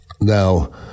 Now